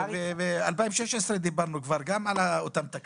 ב-2016 דיברנו על אותן תקנות.